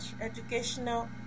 educational